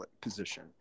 position